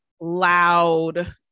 loud